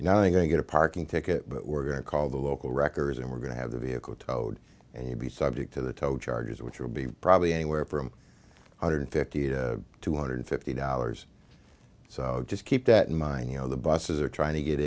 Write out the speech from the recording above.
know they're going to get a parking ticket but we're going to call the local wreckers and we're going to have the vehicle towed and you'll be subject to the toll charges which will be probably anywhere from one hundred fifty to two hundred fifty dollars so just keep that in mind you know the buses are trying